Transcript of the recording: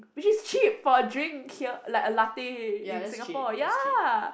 which is cheap for a drink here like a latte in Singapore ya